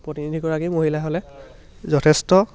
প্ৰতিনিধিগৰাকী মহিলা হ'লে যথেষ্ট